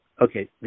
Okay